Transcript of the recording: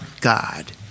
God